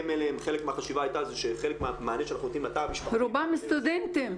חלק מהחשיבה הייתה --- רובם סטודנטים.